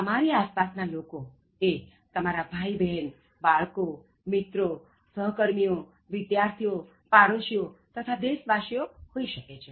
તમારી આસપાસ ના લોકો એ તમારા ભાઇ બહેન બાળકો મિત્રો સહ્કર્મીઓવિદ્યાર્થીઓ પાડોશીઓ તથા દેશવાસીઓ હોઇ શકે છે